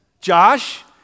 Josh